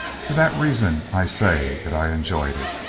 for that reason i say that i enjoyed it.